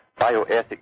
bioethics